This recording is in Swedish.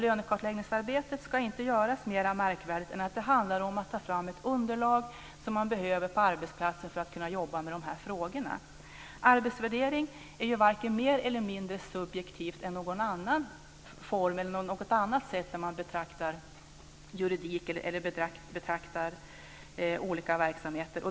Lönekartläggningsarbetet gäller inte något märkligare än att ta fram ett underlag som behövs för att man på arbetsplatser ska kunna jobba med de här frågorna. Arbetsvärdering är varken mer eller mindre subjektiv än juridik eller andra sätt att betrakta olika verksamheter.